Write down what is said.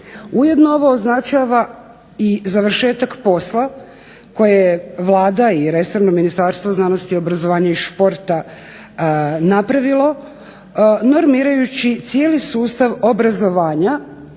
Ujedno ovo označava i završetak posla koje je Vlada i resorno Ministarstvo znanosti, obrazovanja i športa napravilo normirajući cijeli sustav obrazovanja